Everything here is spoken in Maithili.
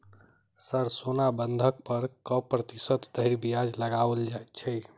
सर सोना बंधक पर कऽ प्रतिशत धरि ब्याज लगाओल छैय?